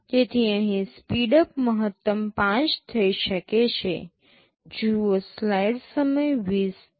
તેથી અહીં સ્પીડઅપ મહત્તમ 5 થઈ શકે છે